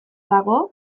dago